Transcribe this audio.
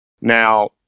Now